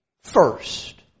first